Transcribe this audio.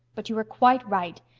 but you are quite right.